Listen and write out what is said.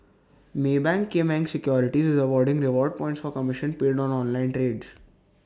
maybank Kim Eng securities is awarding reward points for commission paid on online trades